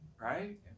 Right